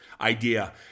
idea